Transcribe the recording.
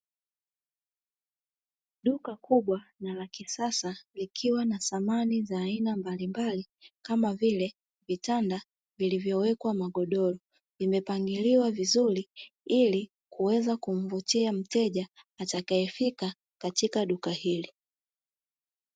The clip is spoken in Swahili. Duka kubwa na la kisasa likiwa na samani za aina mbalimbali kama vile vitanda vilivyowekwa magodoro, vimepangiliwa vizuri ili kuweza kumvutia mteja atakayefika katika duka hili.